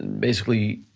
basically,